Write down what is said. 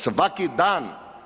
Svaki dan.